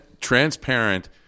Transparent